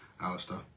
Alistair